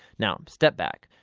now step back.